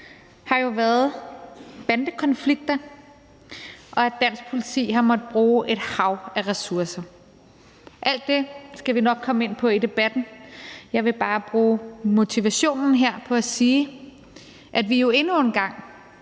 har jo været bandekonflikter, og at dansk politi har måttet bruge et hav af ressourcer. Alt det skal vi nok komme ind på i debatten. Jeg vil bare bruge begrundelsen her på at sige, at vi jo endnu en gang